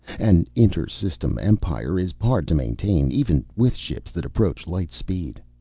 an inter-system empire is hard to maintain, even with ships that approach light speed.